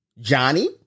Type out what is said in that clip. Johnny